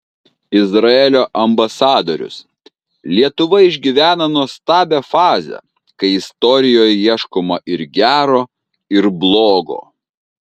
izraelio ambasadorius lietuva išgyvena nuostabią fazę kai istorijoje ieškoma ir gero ir blogo